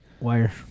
wire